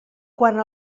quant